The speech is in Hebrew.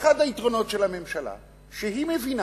אחד היתרונות של הממשלה הוא שהיא מבינה